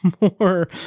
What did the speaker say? more